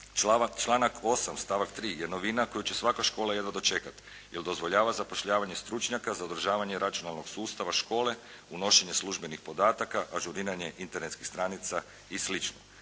Članak 8. stavak 3. je novina koju će svaka škola jedva dočekati jer dozvoljava zapošljavanje stručnjaka za održavanje računalnog sustava škole, unošenje službenih podataka, ažuriranje internetskih stranica i